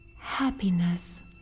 happiness